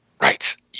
Right